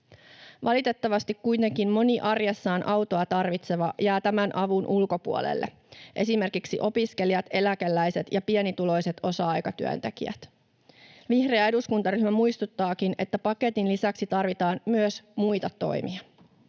Valitettavasti kuitenkin moni arjessaan autoa tarvitseva jää tämän avun ulkopuolelle, esimerkiksi opiskelijat, eläkeläiset ja pienituloiset osa-aikatyöntekijät. Vihreä eduskuntaryhmä muistuttaakin, että paketin lisäksi tarvitaan myös muita toimia.